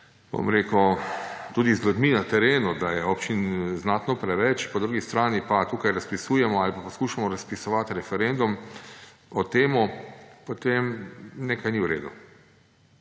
vključno tudi z ljudmi na terenu, da je občin znatno preveč, po drugi strani pa tukaj razpisujemo ali pa poskušamo razpisovati referendum o tem, potem nekaj ni v redu.